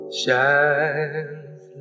shines